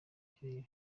kirehe